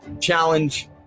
challenge